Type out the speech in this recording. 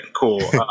Cool